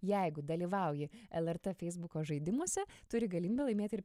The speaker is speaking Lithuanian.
jeigu dalyvauji lrt feisbuko žaidimuose turi galimybę laimėti ir